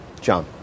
John